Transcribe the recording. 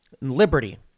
liberty